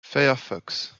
firefox